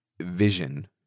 vision